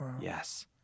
Yes